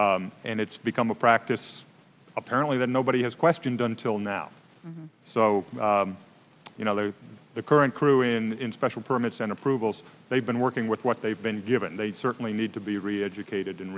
four and it's become a practice apparently that nobody has questioned until now so you know the current crew in special permits and approvals they've been working with what they've been given they certainly need to be re educated in